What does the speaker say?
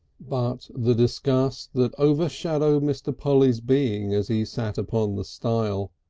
but the disgust that overshadowed mr. polly's being as he sat upon the stile,